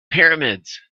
pyramids